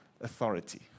Authority